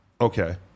Okay